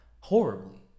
horribly